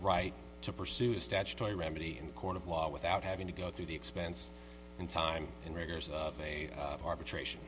right to pursue statutory remedy in the court of law without having to go through the expense and time and rigors of a arbitration